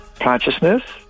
consciousness